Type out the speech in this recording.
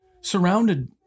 surrounded